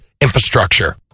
infrastructure